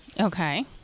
Okay